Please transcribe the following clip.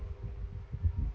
okay